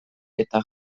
eta